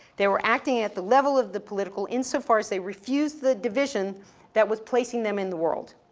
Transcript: they were acting at the level of the political insofar as they refused the division that was placing them in the world.